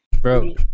Bro